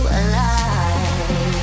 alive